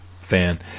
fan